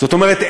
זאת אומרת,